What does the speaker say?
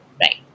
right